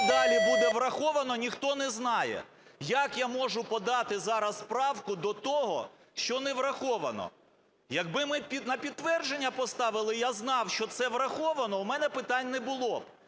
далі буде враховано, ніхто не знає. Як я можу подати зараз правку до того, що не враховано? Якби ми на підтвердження поставили і я знав, що це враховано, в мене питань не було б.